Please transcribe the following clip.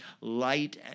light